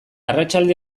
arratsalde